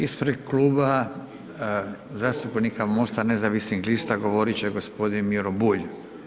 Ispred Kluba zastupnika MOST-a nezavisnih lista govorit će gospodin Miro Bulj.